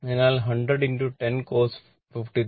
അതിനാൽ 100 10 cos 53